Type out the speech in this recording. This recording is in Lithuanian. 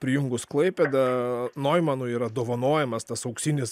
prijungus klaipėdą noimanui yra dovanojamas tas auksinis